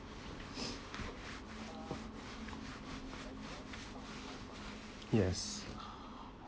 yes